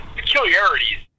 peculiarities